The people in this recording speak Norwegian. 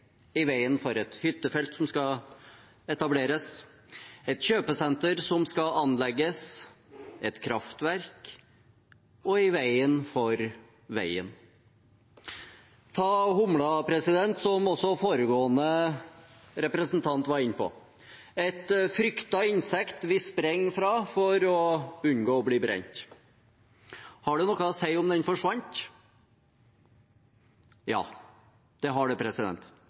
i veien for et hyttefelt som skal etableres, et kjøpesenter som skal anlegges, et kraftverk og i veien for veien? Ta humla, som også foregående representant var inne på: et fryktet insekt vi springer fra for å unngå å bli brent. Har det noe å si om den forsvant? Ja, det har det